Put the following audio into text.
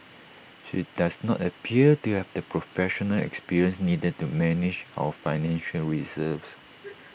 she does not appear to have the professional experience needed to manage our financial reserves